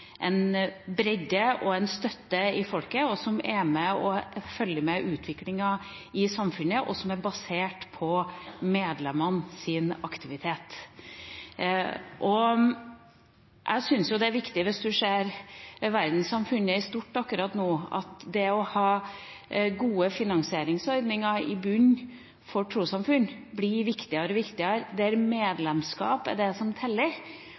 bredde og støtte i folket, som følger med utviklingen i samfunnet, og som er basert på medlemmenes aktivitet. Jeg syns jo, hvis en ser verdenssamfunnet i stort akkurat nå, at det å ha gode finansieringsordninger i bunnen for trossamfunn, der medlemskap er det som teller, ikke f.eks. tilknytningen til andre stater, blir viktigere og viktigere. Min marerittverden er